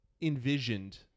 envisioned